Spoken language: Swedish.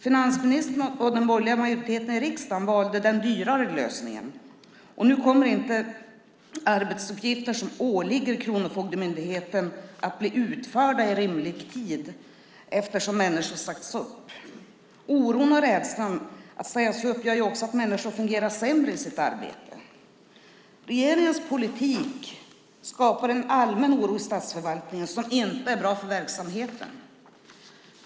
Finansministern och den borgerliga majoriteten i riksdagen valde den dyrare lösningen, och nu kommer inte arbetsuppgifter som åligger Kronofogdemyndigheten att bli utförda i rimlig tid, eftersom människor sagts upp. Oron och rädslan för att sägas upp gör också att människor fungerar sämre i sitt arbete. Regeringens politik skapar en allmän oro i statsförvaltningen som inte är bra för verksamheten.